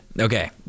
Okay